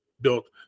built